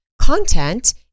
content